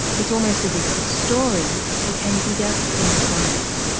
it's almost as if the story became bigger than the science.